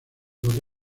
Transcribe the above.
doce